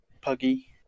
Puggy